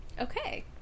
okay